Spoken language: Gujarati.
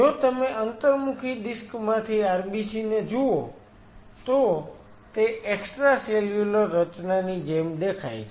જો તમે અંતર્મુખી ડિસ્ક માંથી RBC ને જુઓ તો તે એક્સ્ટ્રાસેલ્યુલર રચનાની જેમ દેખાય છે